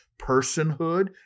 personhood